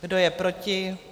Kdo je proti?